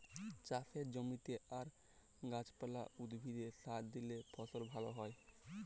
চাষের জমিতে আর গাহাচ পালা, উদ্ভিদে সার দিইলে ফসল ভাল হ্যয়